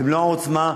במלוא העוצמה,